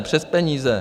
Přes peníze.